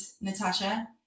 Natasha